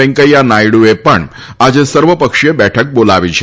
વેકૈથા નાયડુએ પણ આજે સર્વપક્ષીય બેઠક બોલાવી છે